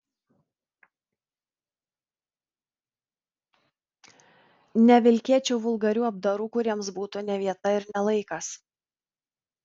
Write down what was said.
nevilkėčiau vulgarių apdarų kuriems būtų ne vieta ir ne laikas